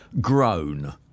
grown